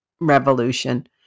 revolution